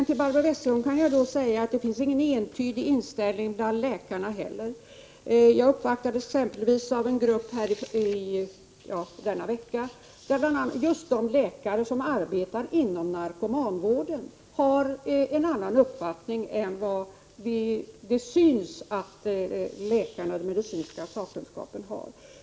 Till Barbro Westerholm kan jag emellertid säga att det inte heller finns någon entydig inställning bland läkarna. Denna vecka uppvaktades jag exempelvis av en grupp läkare som just arbetade inom narkomanvården. Dessa läkare har en annan uppfattning än vad det synes att läkarna i övrigt och den medicinska sakkunskapen har.